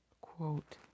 quote